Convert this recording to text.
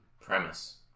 premise